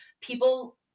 people